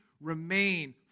remain